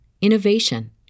innovation